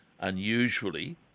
unusually